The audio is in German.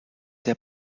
der